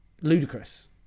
Ludicrous